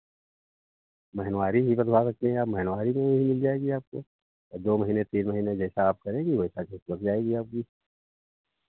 महिनवारी भी बँधवा सकती हैं आप महिनवारी में भी मिल जाएगी आपको और दो महीने तीन महीने जैसा आप कहेंगी वैसा किस्त लग जाएगी आपकी